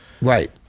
right